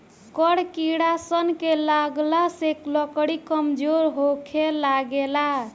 कड़ किड़ा सन के लगला से लकड़ी कमजोर होखे लागेला